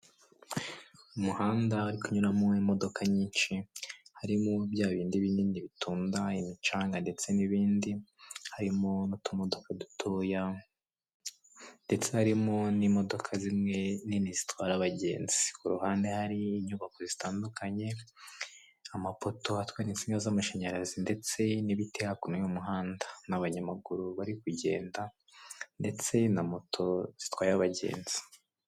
Umuhanda uri kunyuramo imodoka nyinshi harimo bya bindi binini bitunda imicanga ndetse n'ibindi harimo n'utumodoka dutoya ndetse harimo n'imodoka zimwe nini zitwara abagenzi. Ku ruhande hari inyubako zitandukanye amapoto atwa n'isinga z'amashanyarazi ndetse n'ibiti hakuno y'umuhanda n'abanyamaguru bari kugenda ndetse na moto zitwaye abagenzi.